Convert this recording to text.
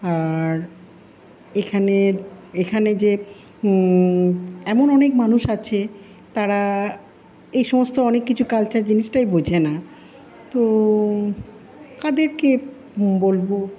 আর এখানের এখানে যে এমন অনেক মানুষ আছে তারা এই সমস্ত অনেক কিছু কালচার জিনিসটাই বোঝেনা তো কাদেরকে বলবো